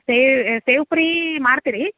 ಸೇವು ಸೇವು ಪೂರಿ ಮಾಡ್ತೀರಿ